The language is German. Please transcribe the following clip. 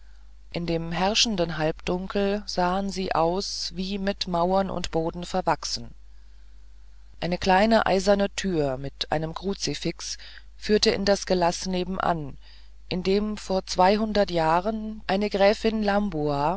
in dem herrschenden halbdunkel sahen sie aus wie mit mauern und boden verwachsen eine kleine eiserne tür mit einem kruzifix führte in das gelaß nebenan in dem vor zweihundert jahren eine gräfin lambua